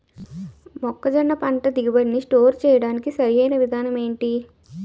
మొక్కజొన్న పంట దిగుబడి నీ స్టోర్ చేయడానికి సరియైన విధానం ఎంటి?